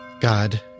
God